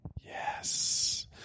yes